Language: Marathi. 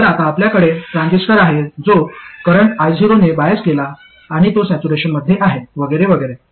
तर आता आपल्याकडे ट्रान्झिस्टर आहे जो करंट Io ने बायस केला आणि तो सॅच्युरेशनमध्ये आहे वगैरे वगैरे